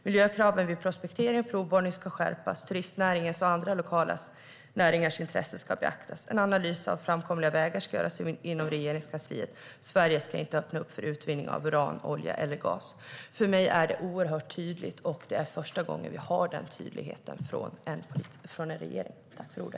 Miljökraven vid prospektering och provborrning ska skärpas. Turistnäringens och andra lokala näringars intressen ska beaktas. En analys av framkomliga vägar ska göras inom Regeringskansliet. Sverige ska inte öppna upp för utvinning av uran, olja eller gas. "För mig är det oerhört tydligt, och det är första gången vi har den tydligheten från en regering.